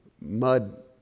mud